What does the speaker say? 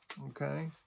Okay